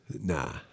Nah